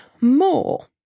more